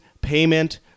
payment